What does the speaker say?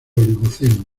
oligoceno